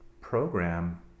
program